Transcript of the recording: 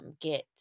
get